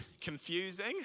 confusing